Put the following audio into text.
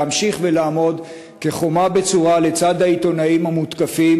להמשיך ולעמוד כחומה בצורה לצד העיתונאים המותקפים